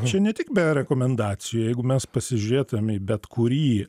čia ne tik be rekomendacijų jeigu mes pasižiūrėtume į bet kurį